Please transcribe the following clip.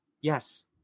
Yes